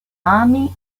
army